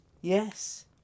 Yes